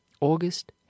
august